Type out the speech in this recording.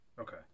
okay